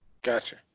Gotcha